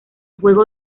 juego